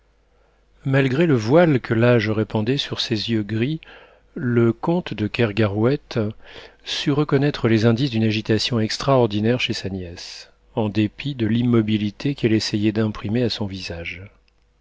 malgré le voile que l'âge répandait sur ses yeux gris le comte de kergarouët sut reconnaître les indices d'une agitation extraordinaire chez sa nièce en dépit de l'immobilité qu'elle essayait d'imprimer à son visage